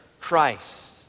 Christ